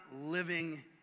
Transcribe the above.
living